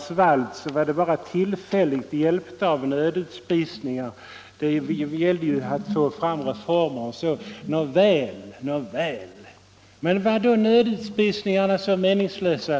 svalt var de bara tillfälligt hjälpta av nödutspisningar. Nåväl, men var då nödutspisningarna så meningslösa?